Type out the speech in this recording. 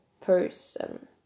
person